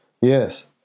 Yes